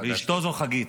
ואשתו זו חגית.